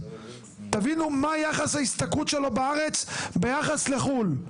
תבינו מה יחס ההשתכרות שלו בארץ ביחד לחו"ל,